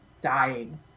dying